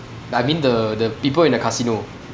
I mean the the people in the casino